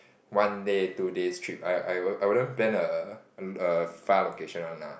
one day two days trip I I I wouldn't plan a a far location one lah